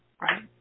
Right